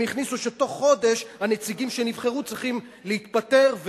הם הכניסו שבתוך חודש הנציגים שנבחרו צריכים להתפטר,